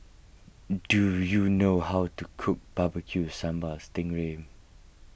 do you know how to cook Barbecue Sambal Sting Ray